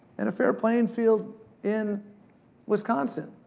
and a fair playing field in wisconsin,